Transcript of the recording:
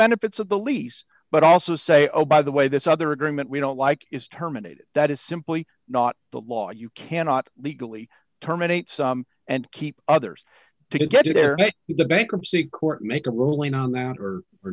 benefits of the lease but also say oh by the way this other agreement we don't like is terminated that is simply not the law you cannot legally terminate some and keep others to get you there in the bankruptcy court make a ruling on th